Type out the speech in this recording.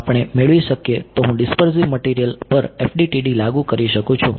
જો આપણે આ મેળવી શકીએ તો હું ડીસ્પર્ઝીવ મટીરીયલ પર FDTD લાગુ કરી શકું છું